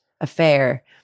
affair